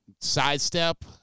sidestep